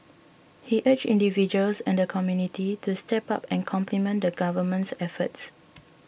he urged individuals and community to step up and complement the Government's efforts